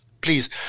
please